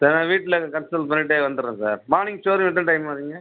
சரி நான் வீட்டில் கன்சிடர் பண்ணிவிட்டு வந்துவிடுறேன் சார் மார்னிங் ஷோரூம் எந்த டைம் வருவிங்க